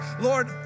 Lord